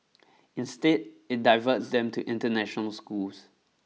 instead it diverts them to international schools